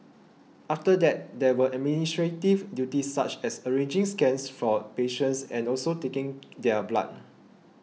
after that there were administrative duties such as arranging scans for patients and also taking their blood